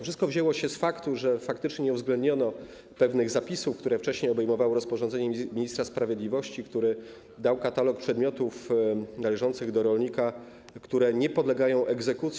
Wszystko wzięło się z faktu, że faktycznie nie uwzględniono pewnych zapisów, które wcześniej obejmowało rozporządzenie ministra sprawiedliwości, który dał katalog przedmiotów należących do rolnika, które nie podlegają egzekucji.